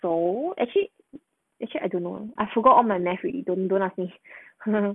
so actually actually I don't know I forgot all my math already don't don't ask me